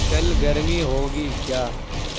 کل گرمی ہوگی کیا